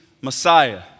messiah